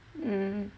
mm